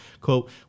Quote